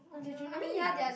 but they're generally nice